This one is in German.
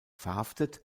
verhaftet